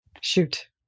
Shoot